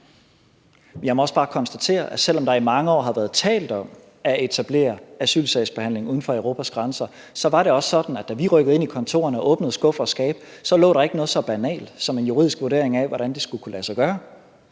Jeg må også bare konstatere, at selv om der i mange år har været talt om at etablere asylsagsbehandling uden for Europas grænser, så var det også sådan, at da vi rykkede ind i kontorerne og åbnede skuffer og skabe, lå der ikke noget så banalt som en juridisk vurdering af, hvordan det skulle kunne lade sig gøre.